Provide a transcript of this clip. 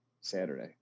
Saturday